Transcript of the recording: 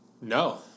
No